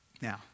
Now